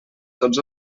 tots